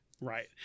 Right